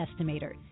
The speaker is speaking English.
estimator